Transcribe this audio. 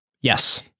Yes